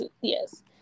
Yes